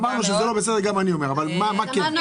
אמרנו שזה לא בסדר, גם אני אומר, אבל מה כן?